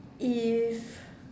if